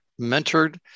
mentored